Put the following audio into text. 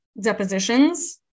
depositions